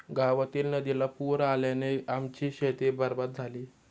गावातील नदीला पूर आल्याने आमची शेती बरबाद झाली